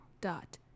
dot